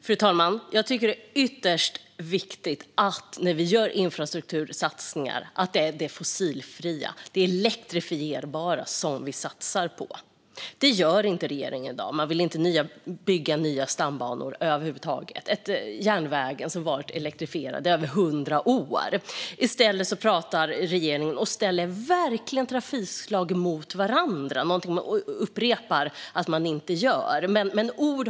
Fru talman! Jag tycker att det är ytterst viktigt när man gör infrastruktursatsningar att man satsar på det fossilfria och elektrifierbara. Det gör inte regeringen i dag. De vill inte bygga nya stambanor över huvud taget, trots att järnvägen varit elektrifierad i över hundra år. Regeringen ställer trafikslag mot varandra men upprepar samtidigt att det inte är det man gör.